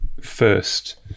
first